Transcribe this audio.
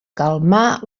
calmar